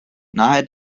nahe